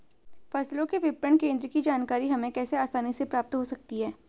फसलों के विपणन केंद्रों की जानकारी हमें कैसे आसानी से प्राप्त हो सकती?